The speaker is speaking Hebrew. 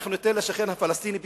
אנחנו ניתן לשכן הפלסטיני פי-שניים.